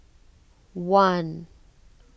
one